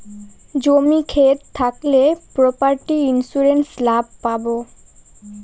জমি ক্ষেত থাকলে প্রপার্টি ইন্সুরেন্স লাভ পাবো